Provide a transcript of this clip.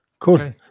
cool